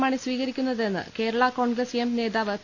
മാണി സ്വീകരിക്കുന്ന തെന്ന് കേരള കോൺഗ്രസ് എം നേതാവ് പി